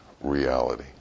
reality